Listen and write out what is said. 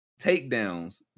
takedowns